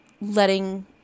letting